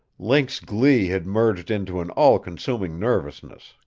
link's glee had merged into an all-consuming nervousness,